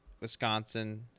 Wisconsin